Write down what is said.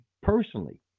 personally